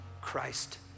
Christ